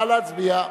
נא להצביע.